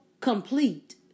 complete